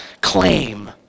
claim